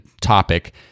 topic